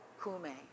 kume